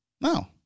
No